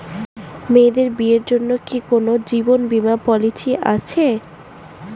মেয়েদের বিয়ের জন্য কি কোন জীবন বিমা পলিছি আছে?